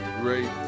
great